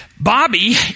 Bobby